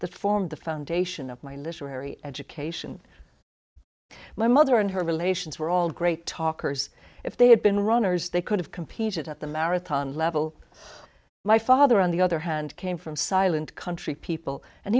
that formed the foundation of my literary education my mother and her relations were all great talkers if they had been runners they could have competed at the marathon level my father on the other hand came from silent country people and